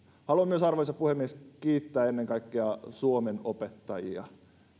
haluan myös arvoisa puhemies kiittää ennen kaikkea suomen opettajia